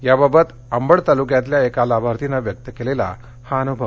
याबाबत अंबड तालुक्यातल्या एका लाभार्थीनं व्यक्त केलेला हा अनुभव